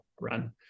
run